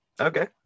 Okay